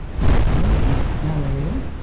naturally it needs no aerial.